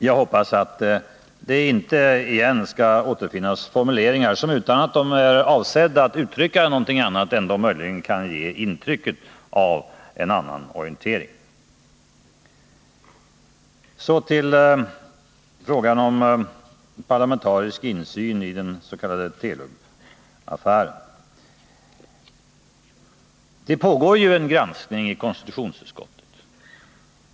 Jag hoppas att det inte igen skall återfinnas formuleringar som, utan att detta är avsikten, ändå möjligen kan ge intryck av en annan orientering. Så till frågan om parlamentarisk insyn i den s.k. Telubaffären. Det pågår en granskning i konstitutionsutskottet.